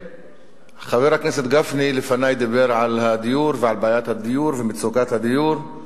חבר הכנסת גפני לפני דיבר על הדיור ועל בעיית הדיור ומצוקת הדיור.